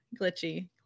glitchy